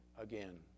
again